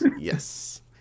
Yes